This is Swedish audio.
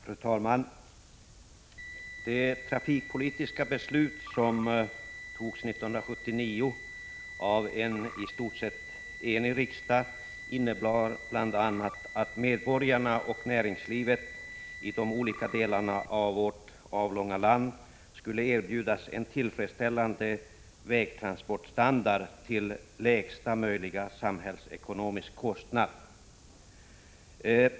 Fru talman! Det trafikpolitiska beslut som togs 1979 av en i stort sett enig riksdag innebar bl.a. att medborgarna och näringslivet i de olika delarna av vårt avlånga land skulle erbjudas en tillfredsställande vägtransportstandard till lägsta möjliga samhällsekonomiska kostnad.